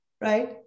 Right